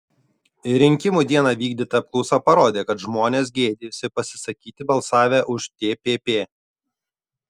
rinkimų dieną vykdyta apklausa parodė kad žmonės gėdijosi pasisakyti balsavę už tpp